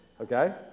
Okay